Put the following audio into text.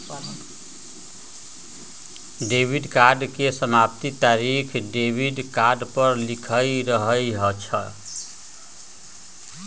debit card के समाप्ति तारिख डेबिट कार्ड पर लिखल रहइ छै